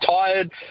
tired